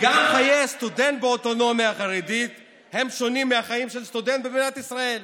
גם חיי הסטודנט באוטונומיה החרדית שונים מחיים של סטודנט במדינת ישראל.